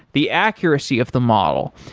the accuracy of the model.